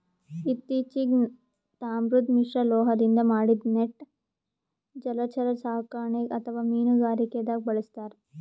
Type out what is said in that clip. ಇತ್ತಿಚೀಗ್ ತಾಮ್ರದ್ ಮಿಶ್ರಲೋಹದಿಂದ್ ಮಾಡಿದ್ದ್ ನೆಟ್ ಜಲಚರ ಸಾಕಣೆಗ್ ಅಥವಾ ಮೀನುಗಾರಿಕೆದಾಗ್ ಬಳಸ್ತಾರ್